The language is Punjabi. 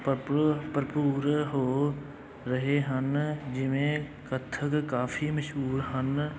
ਪਾਪੋਲਰ ਭਰਪੂਰ ਹੋ ਰਹੇ ਹਨ ਜਿਵੇਂ ਕਥਕ ਕਾਫ਼ੀ ਮਸ਼ਹੂਰ ਹਨ